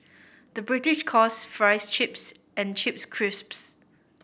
the British calls fries chips and chips crisps